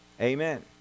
Amen